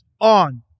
on